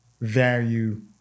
value